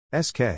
SK